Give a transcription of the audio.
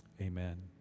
Amen